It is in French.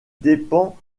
dépend